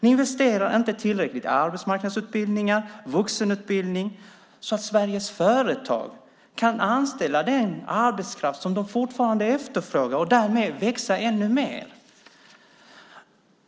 Ni investerar inte tillräckligt i arbetsmarknadsutbildningar och vuxenutbildning så att Sveriges företag kan anställa den arbetskraft som de fortfarande efterfrågar och därmed växa ännu mer.